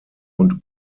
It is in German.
und